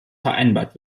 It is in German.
vereinbart